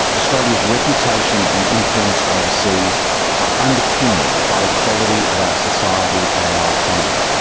australia's reputation and influence overseas are underpinned by the quality of our society and our economy.